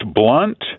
blunt